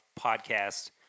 podcast